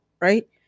right